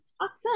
Awesome